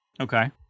Okay